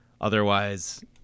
Otherwise